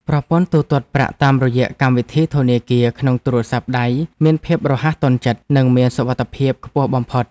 ប្រព័ន្ធទូទាត់ប្រាក់តាមរយៈកម្មវិធីធនាគារក្នុងទូរស័ព្ទដៃមានភាពរហ័សទាន់ចិត្តនិងមានសុវត្ថិភាពខ្ពស់បំផុត។